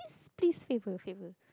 please favor favor